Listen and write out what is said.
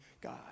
God